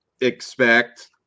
expect